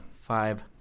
five